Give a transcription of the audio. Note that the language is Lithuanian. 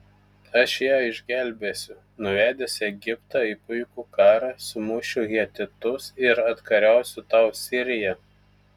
aš ją išgelbėsiu nuvedęs egiptą į puikų karą sumušiu hetitus ir atkariausiu tau siriją